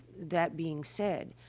that being said,